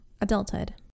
adulthood